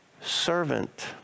servant